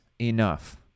enough